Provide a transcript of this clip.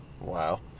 Wow